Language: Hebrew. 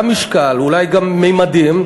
גם משקל ואולי גם ממדים,